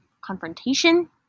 confrontation